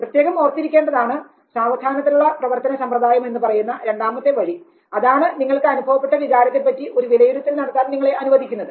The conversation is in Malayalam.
പ്രത്യേകം ഓർത്തിരിക്കേണ്ടതാണ് സാവധാനത്തിലുള്ള പ്രവർത്തന സമ്പ്രദായം എന്ന് പറയുന്ന രണ്ടാമത്തെ വഴി അതാണ് നിങ്ങൾക്ക് അനുഭവപ്പെട്ട വികാരത്തെ പറ്റി ഒരു വിലയിരുത്തൽ നടത്താൻ നിങ്ങളെ അനുവദിക്കുന്നത്